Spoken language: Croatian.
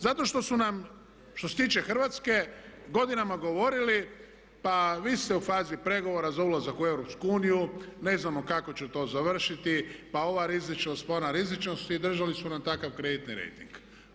Zato što su nam što se tiče Hrvatske godinama govorili pa vi ste u fazi pregovora za ulazak u EU, ne znamo kako će to završiti, pa ova rizičnost pa ona rizičnost i držali su nam takav kreditni rejting.